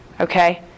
Okay